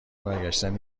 برگشتن